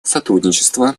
сотрудничество